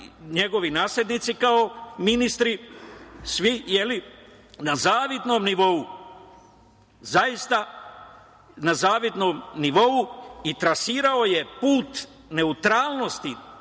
njegovi naslednici, kao i svi ministri, na zavidnom je nivou, zaista na zavidnom nivou, i trasirao je put neutralnosti